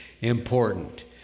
important